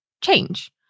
change